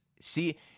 see